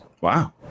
Wow